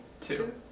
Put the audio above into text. two